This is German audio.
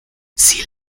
sie